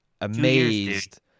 amazed